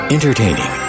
Entertaining